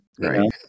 right